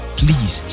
please